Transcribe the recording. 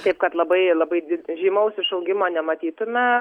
taip kad labai labai did žymaus išaugimą nematytumėme